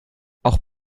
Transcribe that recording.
auch